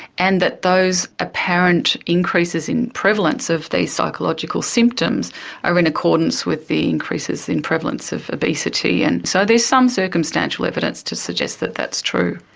and that those apparent increases in prevalence of these psychological symptoms are in accordance with the increases in prevalence of obesity. and so there's some circumstantial evidence to suggest that that's true.